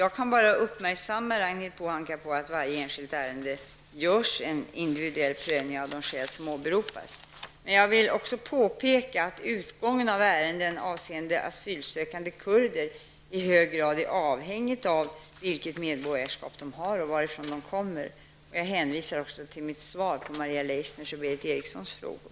Jag kan bara uppmärksamma Ragnhild Pohanka på att det i varje enskilt ärende görs en individuell prövning av de skäl som åberopats. Jag vill påpeka att utgången i ärenden avseende asylsökande kurder i hög grad är avhängig av vilket medborgarskap de har och varifrån de kommer. Jag hänvisar också till mitt svar på Maria Leissners och